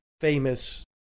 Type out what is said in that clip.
famous